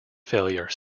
failure